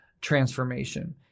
transformation